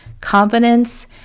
confidence